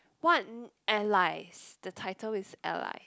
what allies the title is ally